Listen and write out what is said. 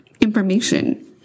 information